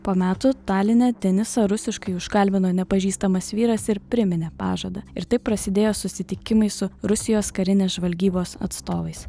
po metų taline denisą rusiškai užkalbino nepažįstamas vyras ir priminė pažadą ir taip prasidėjo susitikimai su rusijos karinės žvalgybos atstovais